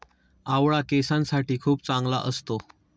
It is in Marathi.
आवळा केसांसाठी खूप चांगला असतो